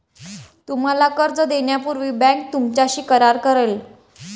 तुम्हाला कर्ज देण्यापूर्वी बँक तुमच्याशी करार करेल